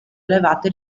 elevate